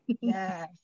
yes